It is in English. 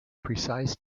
precise